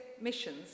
Missions